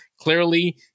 Clearly